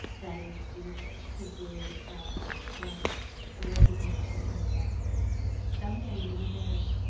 that is dear, said julia cloud but a resignation in her voice some day you will marry,